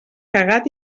cagat